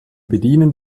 bedienen